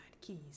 keys